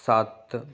ਸੱਤ